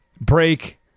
break